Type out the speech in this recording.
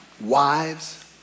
Wives